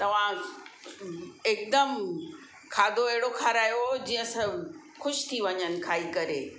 तव्हां हिकदमु खाधो अहिड़ो खारायो जीअं असां ख़ुशि थी वञनि खाई करे